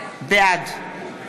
בעד